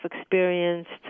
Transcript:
experienced